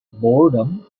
boredom